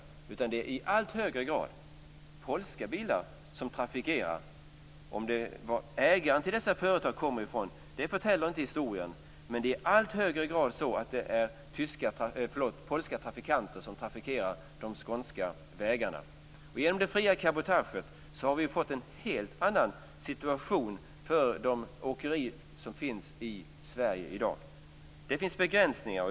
Det är i allt högre grad polska bilar som trafikerar vägarna. Vad ägarna till dessa företag kommer ifrån förtäljer inte historien, men det är i allt högre grad polska trafikanter som trafikerar de skånska vägarna. Genom det fria cabotaget har vi fått en helt annan situation för de åkerier som finns i Sverige i dag. Det finns begränsningar.